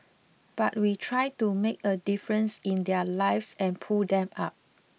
but we try to make a difference in their lives and pull them up